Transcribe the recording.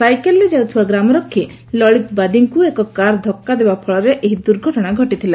ସାଇକେଲ୍ରେ ଯାଉଥିବା ଗ୍ରାମରକ୍ଷୀ ଲଳିତ ବାଦୀଙ୍କୁ ଏକ କାର୍ ଧକ୍କା ଦେବା ଫଳରେ ଏହି ଦୁର୍ଘଟଶା ଘଟିଥିଲା